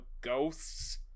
ghosts